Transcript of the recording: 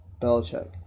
Belichick